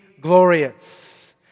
glorious